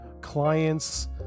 clients